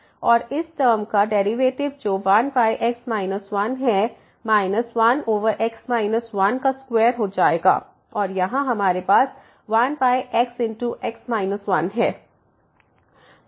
और इस इस टर्म का डेरिवेटिव जो 1x 1 है माइनस 1x 12 हो जाएगा और यहां हमारे पास 1x है